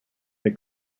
they